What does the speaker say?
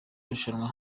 rushanwa